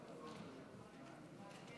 אדוני